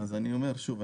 אני אומר שוב,